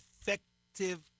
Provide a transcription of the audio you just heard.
effective